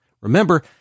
Remember